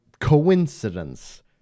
coincidence